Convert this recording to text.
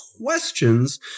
questions